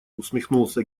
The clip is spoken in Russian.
усмехнулся